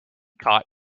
caught